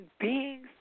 beings